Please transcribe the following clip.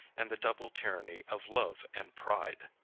and the double tyranny of love and pride!